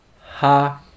Ha